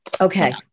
Okay